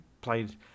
played